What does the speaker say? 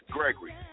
Gregory